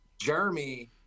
Jeremy